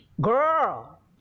girl